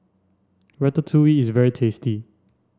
Ratatouille is very tasty